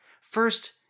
First